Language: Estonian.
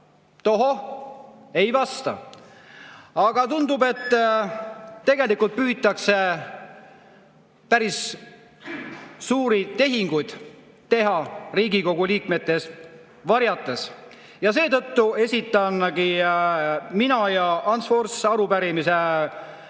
Tohoh, ei vasta! Aga tundub, et tegelikult püütakse päris suuri tehinguid teha Riigikogu liikmete eest varjates. Ja seetõttu esitamegi mina ja Ants Frosch arupärimise Mart